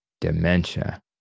dementia